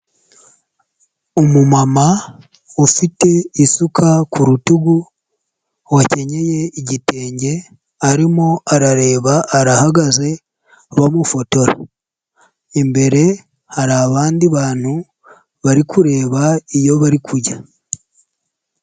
Umumama ufite isuka ku rutugu wakenyeye igitenge arimo arareba, arahagaze bamufotora, imbere hari abandi bantu bari kureba iyo bari kujya.